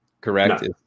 Correct